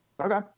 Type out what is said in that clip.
Okay